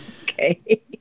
Okay